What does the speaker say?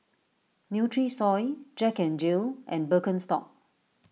Nutrisoy Jack N Jill and Birkenstock